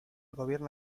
gobierno